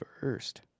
first